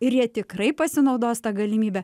ir jie tikrai pasinaudos ta galimybe